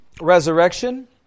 resurrection